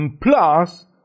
plus